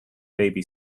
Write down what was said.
baby